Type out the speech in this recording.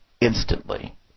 instantly